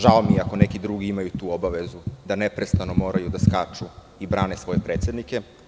Žao mi je ako neki drugi imaju tu obavezu da neprestano moraju da skaču i brane svoje predsednike.